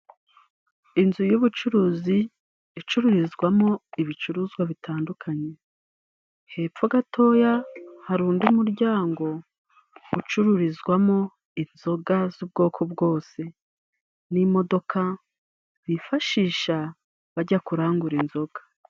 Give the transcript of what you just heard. Inzu y'ubucuruzi icururizwamo ibicuruzwa bitandukanye, hepfo gatoya hari undi muryango, ucururizwamo inzoga z'ubwoko bwose, n'imodoka bifashisha bajya kurangura inzoga.